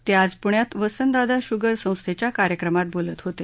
ते आज पुण्यात वसंतदादा शुगर संस्थेच्या कार्यक्रमात बोलत होते